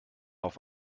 auf